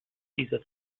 dieser